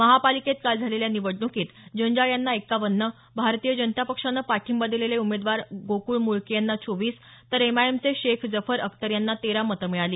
महापालिकेत काल झालेल्या निवडणुकीत जंजाळ यांना एक्कावन्न भारतीय जनता पक्षानं पाठिंबा दिलेले उमेदवार गोकृळ मुळके यांना चौतीस तर एम आय एमचे शेख जफर अख्तर यांना तेरा मतं मिळाली